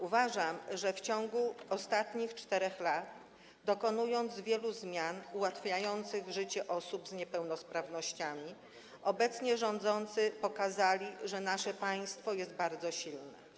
Uważam, że w ciągu ostatnich 4 lat, dokonując wielu zmian ułatwiających życie osób z niepełnosprawnościami, obecnie rządzący pokazali, że nasze państwo jest bardzo silne.